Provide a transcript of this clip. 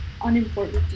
unimportant